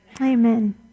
Amen